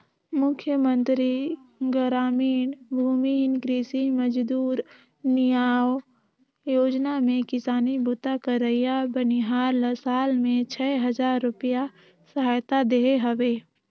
मुख्यमंतरी गरामीन भूमिहीन कृषि मजदूर नियाव योजना में किसानी बूता करइया बनिहार ल साल में छै हजार रूपिया सहायता देहे हवे